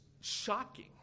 shocking